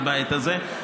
בבית הזה.